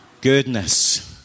Goodness